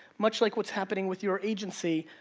much like what's happening with your agency,